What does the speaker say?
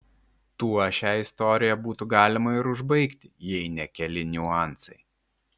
tuo šią istoriją būtų galima ir užbaigti jei ne keli niuansai